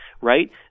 right